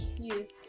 Yes